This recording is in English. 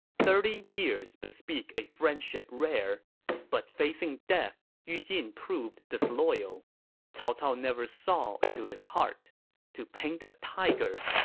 thirty years bespeak a friendship rare but facing death, yu jin proved disloyal cao cao never saw into his heart to paint a tiger,